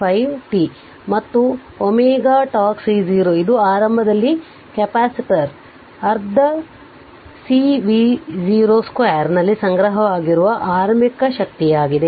5 t ಮತ್ತು ωτ C0 ಇದು ಆರಂಭದಲ್ಲಿ ಕೆಪಾಸಿಟರ್ ಅರ್ಧ C V0 ಸ್ಕ್ವೇರ್ ನಲ್ಲಿ ಸಂಗ್ರಹವಾಗಿರುವ ಆರಂಭಿಕ ಶಕ್ತಿಯಾಗಿದೆ